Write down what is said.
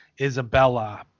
Isabella